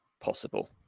possible